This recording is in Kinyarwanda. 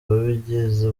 wabigize